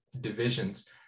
divisions